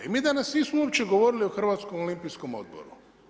I mi danas nismo uopće govorili o Hrvatskom olimpijskom odboru.